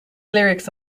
lyrics